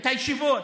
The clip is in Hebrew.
את הישיבות,